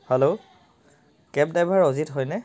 hello cab driver Ajit হয়নে